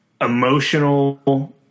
emotional